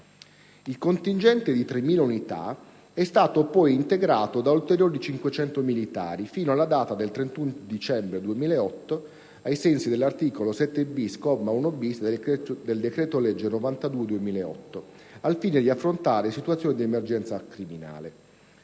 II contingente di 3.000 unità è stato poi integrato con ulteriori 500 militari fino alla data del 31 dicembre 2008 (ai sensi dell'articolo 7-*bis*, comma 1-*bis*, del decreto-legge n. 92 del 2008) al fine di affrontare situazioni di emergenza criminale.